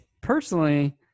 personally